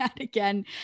Again